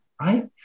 right